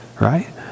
right